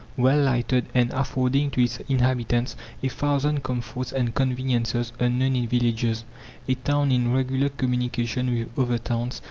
well lighted, and affording to its inhabitants a thousand comforts and conveniences unknown in villages a town in regular communication with other towns,